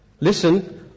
Listen